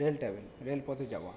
রেল্টঅ্যাওয়ে রেলপথে যাওয়া